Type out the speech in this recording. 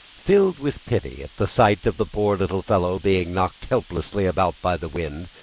filled with pity at the sight of the poor little fellow being knocked helplessly about by the wind,